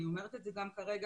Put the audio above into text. אני אומרת את זה גם כרגע,